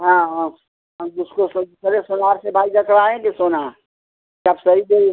हाँ हाँ हम उसको दुसरे सोनार से भाई देखवाएंगे सोना तब सही सही